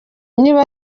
niba